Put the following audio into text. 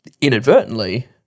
Inadvertently